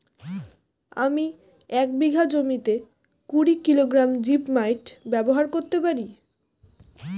আমি এক বিঘা জমিতে কুড়ি কিলোগ্রাম জিপমাইট ব্যবহার করতে পারি?